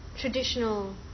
traditional